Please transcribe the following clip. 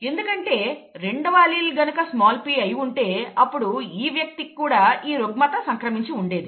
ఎందుకంటే రెండవ అల్లీల్ గనుక స్మాల్ p అయి ఉంటే అప్పుడు ఈ వ్యక్తికి కూడా ఈ రుగ్మత సంక్రమించి ఉండేది